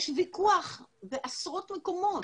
יש ויכוח בעשרות מקומות,